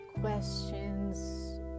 questions